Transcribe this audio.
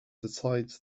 decides